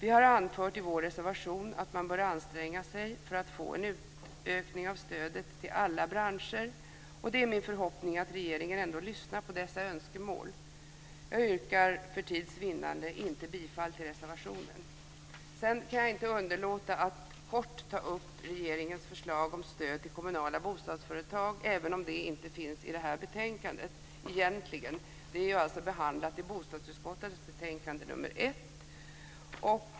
I vår reservation har vi anfört att man bör anstränga sig för att få en utökning av stödet till alla branscher. Det är min förhoppning att regeringen ändå lyssnar på dessa önskemål. För tids vinnande yrkar jag inte bifall till reservationen. Sedan kan jag inte underlåta att kort ta upp regeringens förslag om stöd till kommunala bostadsföretag, även om det inte finns med i det här betänkandet. Det är behandlat i bostadsutskottets betänkande nr 1.